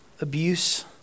abuse